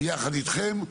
יחד איתכם,